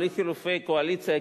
בלי חילופי קואליציה,